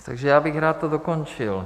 Takže já bych to rád dokončil.